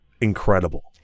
incredible